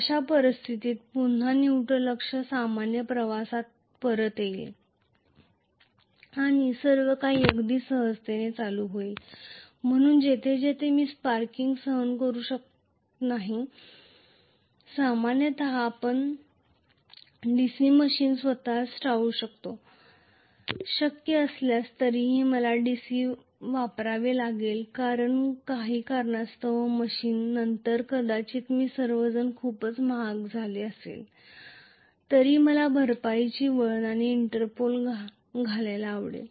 अशा परिस्थितीत पुन्हा न्यूट्रॅल अक्ष सामान्य प्रवासात परत येईल आणि सर्वकाही अगदी सहजतेने होईल म्हणून जेथे जेथे मी स्पार्किंग सहन करू शकत नाही सामान्यत आपण DC मशीन स्वतःच टाळू शकतो शक्य असल्यास तरीही मला काही कारणास्तव DC मशीन वापरावे लागेल नंतर कदाचित सर्व खूपच महाग झाले असले तरी मला कॉम्पेन्सेटिंग विंडींग आणि इंटरपोल घालायला आवडेल